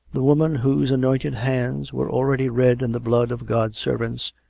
the woman whose anointed hands were already red in the blood of god's servants,